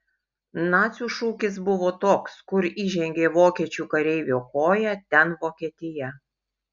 nacių šūkis buvo toks kur įžengė vokiečių kareivio koja ten vokietija